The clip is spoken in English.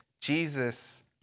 Jesus